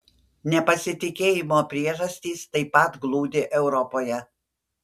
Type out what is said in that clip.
nepasitikėjimo priežastys taip pat glūdi europoje